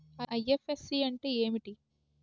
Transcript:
IFSC అంటే ఏమిటి?